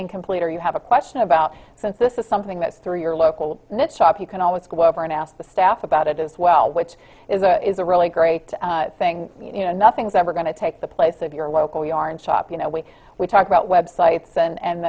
incomplete or you have a question about since this is something that's through your local shop you can always go over and ask the staff about it as well which is a is a really great thing you know nothing's ever going to take the place of your local yarn shop you know we we talk about web sites and